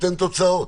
נותן תוצאות.